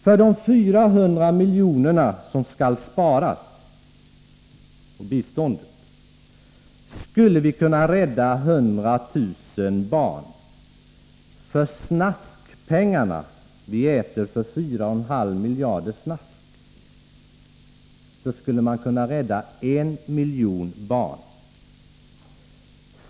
För de 400 miljonerna” — som skall sparas på biståndet — ”skulle vi kunna rädda 100 000 barn. För snaskpengarna” — vi äter snask för 4,5 miljarder — ”en miljon barn.